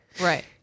Right